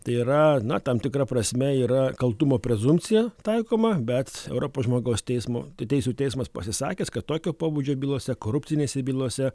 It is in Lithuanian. tai yra na tam tikra prasme yra kaltumo prezumpcija taikoma bet europos žmogaus teismo teisių teismas pasisakęs kad tokio pobūdžio bylose korupcinėse bylose